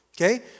okay